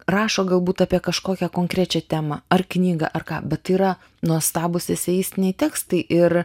rašo galbūt apie kažkokią konkrečią temą ar knygą ar ką bet tai yra nuostabūs eseistiniai tekstai ir